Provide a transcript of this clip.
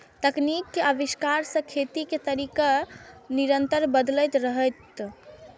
तकनीक के आविष्कार सं खेती के तरीका निरंतर बदलैत रहलैए